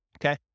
Okay